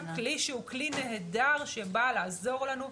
כלי שהוא כלי נהדר שבא לעזור לנו,